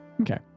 Okay